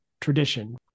tradition